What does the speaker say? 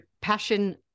passion